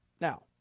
Now